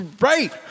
Right